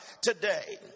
today